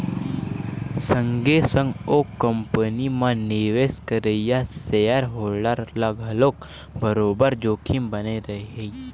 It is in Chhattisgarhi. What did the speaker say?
संगे संग ओ कंपनी म निवेश करइया सेयर होल्डर ल घलोक बरोबर जोखिम बने रही